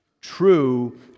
True